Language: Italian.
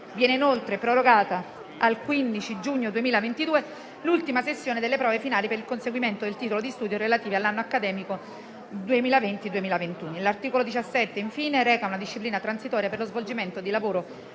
Viene inoltre prorogata al 15 giugno 2022 l'ultima sessione delle prove finali per il conseguimento del titolo di studio relativa all'anno accademico 2020-2021. Infine, l'articolo 17 reca una disciplina transitoria per lo svolgimento di lavoro